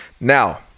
Now